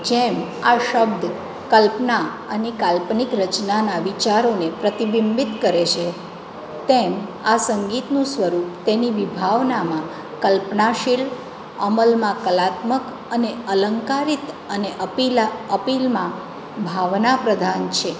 જેમ આ શબ્દ કલ્પના અને કાલ્પનિક રચનાના વિચારોને પ્રતિબિંબિત કરે છે તેમ આ સંગીતનું સ્વરૂપ તેની વિભાવનામાં કલ્પનાશીલ અમલમાં કલાત્મક અને અલંકારીત અને અપીલમાં ભાવનાપ્રધાન છે